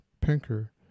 Pinker